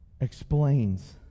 explains